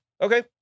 Okay